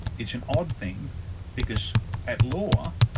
it's an odd thing because at law,